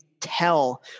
tell